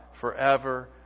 forever